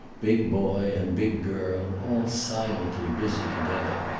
big boy and big girl all silently busy together.